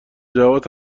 جواد